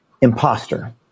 imposter